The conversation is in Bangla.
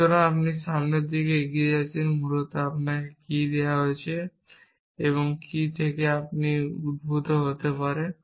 সুতরাং আপনি সামনের দিকে এগিয়ে যাচ্ছেন মূলত আপনাকে কী দেওয়া হয়েছে এবং কী থেকে উদ্ভূত হতে পারে